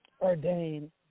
ordained